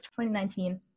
2019